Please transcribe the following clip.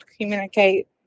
communicate